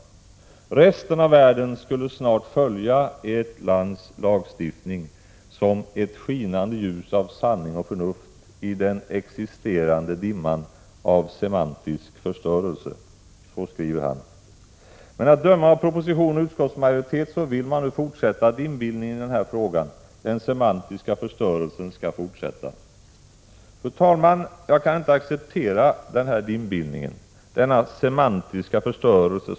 Resten av världen skulle snart följa ert lands lagstiftning som ”ett skinande ljus” av sanning och förnuft i den existerande dimman av semantisk förstörelse, skriver han. Men att döma av proposition och utskottsmajoritet vill man nu fortsätta dimbildningen i den här frågan. Den semantiska förstörelsen skall fortsätta. Fru talman! Jag kan inte acceptera denna dimbildning, denna semantiska förstörelse.